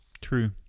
true